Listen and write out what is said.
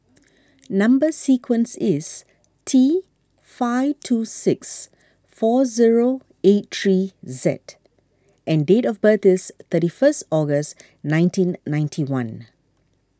Number Sequence is T five two six four zero eight three Z and date of birth is thirty first August nineteen ninety one